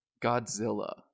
Godzilla